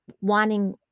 wanting